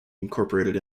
incorporated